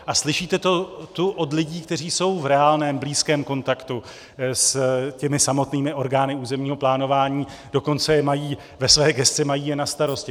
A slyšíte to tu od lidí, kteří jsou v reálném, blízkém kontaktu s těmi samotnými orgány územního plánování, dokonce ve své gesci je mají na starosti.